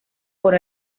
por